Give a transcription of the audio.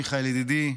מיכאל ידידי,